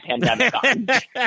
pandemic